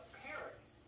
parents